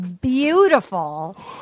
beautiful